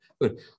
Good